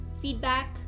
feedback